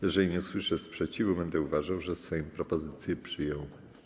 Jeżeli nie usłyszę sprzeciwu, będę uważał, że Sejm propozycję przyjął.